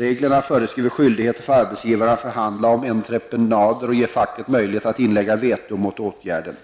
Reglerna föreskriver skyldighet för arbetsgivarna att förhandla om entreprenader och ge facket möjligheter att inlägga veto mot åtgärden.